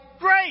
Great